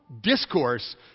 discourse